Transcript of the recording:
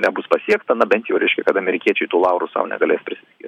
nebus pasiekta na bent jau reiškia kad amerikiečiai tų laurų sau negalės